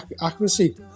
accuracy